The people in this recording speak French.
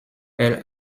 elle